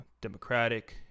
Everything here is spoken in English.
Democratic